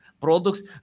products